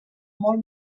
molt